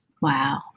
Wow